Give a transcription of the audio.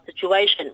situation